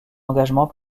engagement